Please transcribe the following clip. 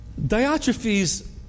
Diotrephes